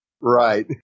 Right